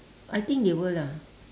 I think they will ah